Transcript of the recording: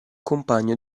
compagno